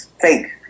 fake